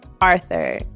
Arthur